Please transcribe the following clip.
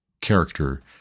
character